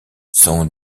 son